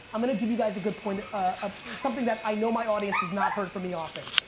i'm gonna give you guys a good point. ah something that i know my audience has not heard from me often.